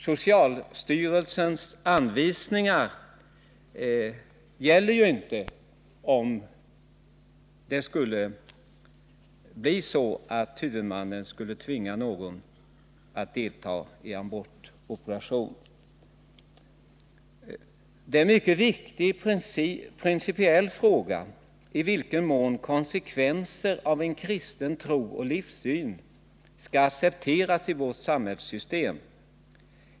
Socialstyrelsens anvisningar gäller ju inte om det skulle bli så att huvudmannen tvingade någon att delta i abortoperation. Det är en mycket viktig principiell fråga i vilken mån konsekvenser av en kristen tro och livssyn skall accepteras i vårt samhällssystem.